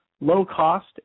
low-cost